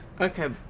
Okay